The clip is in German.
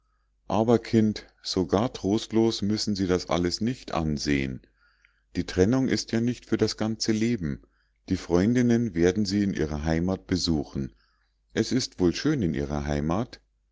aber kind so gar trostlos müssen sie das alles nicht ansehen die trennung ist ja nicht für das ganze leben die freundinnen werden sie in ihrer heimat besuchen es ist wohl schön in ihrer heimat